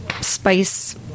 spice